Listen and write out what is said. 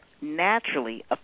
naturally